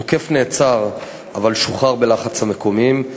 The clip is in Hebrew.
התוקף נעצר אבל שוחרר בלחץ המקומיים.